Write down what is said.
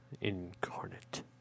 Incarnate